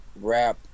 rap